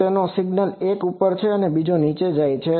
તો ત્યાં એક સિગ્નલ ઉપર છે અને બીજો સિગ્નલ નીચે જઈ રહ્યો છે